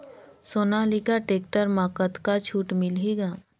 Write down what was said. Sonalika tractor म कतका छूट मिलही ग?